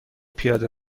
پیاده